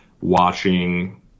watching